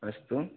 अस्तु